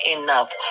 enough